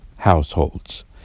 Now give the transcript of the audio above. Households